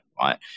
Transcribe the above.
right